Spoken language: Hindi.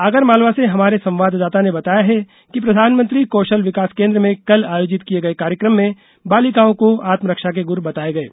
आगरमालवा से हमारे संवाददाता ने बताया है कि प्रधानमंत्री कौशल विकास केन्द्र में कल आयोजित किये गये कार्यक्रम में बालिकाओं को आत्मरक्षा के गुर बताये गये